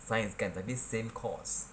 science kan tapi same course